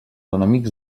enemics